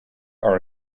are